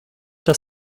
das